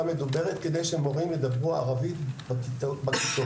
מדוברת כדי שמורים ידברו ערבית בכיתות.